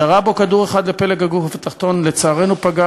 ירה בו כדור אחד לפלג הגוף התחתון, לצערנו פגע